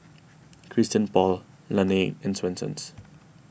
Christian Paul Laneige and Swensens